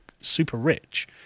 super-rich